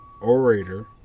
orator